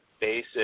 basic